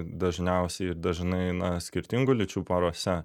dažniausiai ir dažnai na skirtingų lyčių porose